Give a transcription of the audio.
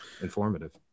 informative